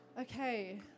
okay